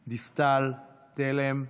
דיסטל, תלם,